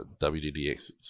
WDDX